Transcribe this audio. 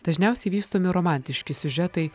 dažniausiai vystomi romantiški siužetai